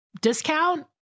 discount